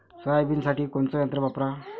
सोयाबीनसाठी कोनचं यंत्र वापरा?